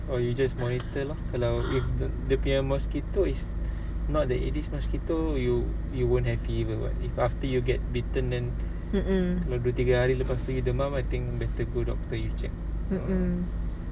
or you just monitor lor dia punya mosquito is not the aedes mosquito you you won't have fever what if after you get bitten then dua tiga hari lepas tu you demam I think better go doctor you check